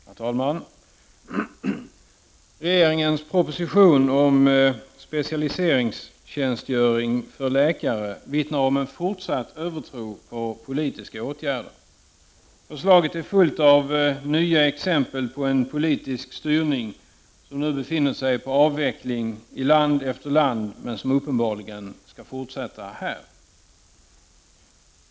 Herr talman! Regeringens proposition om specialiseringstjänstgöring för läkare vittnar om en fortsatt övertro på politiska åtgärder. Förslaget är fullt av nya exempel på en politisk styrning som nu befinner sig i avveckling i land efter land men som uppenbarligen skall fortsätta här.